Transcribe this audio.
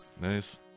Nice